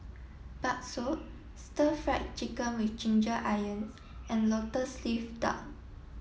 Bakso Stir Fried Chicken with Ginger Onions and Lotus Leaf Duck